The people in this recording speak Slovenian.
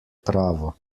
travo